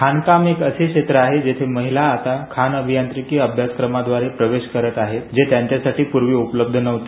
खाणकाम एक असे क्षेत्र आहे जेथे महिला आता खाणअभियांत्रिकी अभ्यासक्रमांदवारे प्रवेश करत आहेजे त्यांच्यासाठी पूर्वी उपलब्ध नव्हते